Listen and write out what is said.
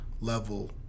level